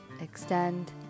extend